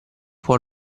può